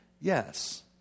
Yes